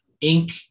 ink